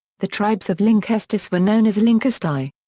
the tribes of lynkestis were known as lynkestai.